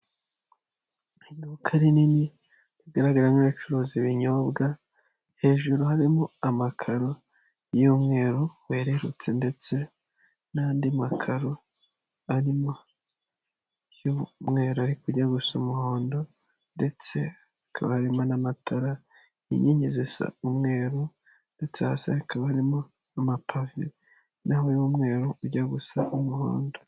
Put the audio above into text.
Iduka rinini rigaragara nk'iricuruza ibinyobwa hejuru harimo amakaro y'umweru wererutse ndetse n'andi makaro arimo y'umweru ariko ujya gusa umuhondo ndetse hakaba harimo n'amatara inkingi zisa umweru ndetse hasi hakaba harimo n'amapave nayo y'umweru ujya gusa umuhondo.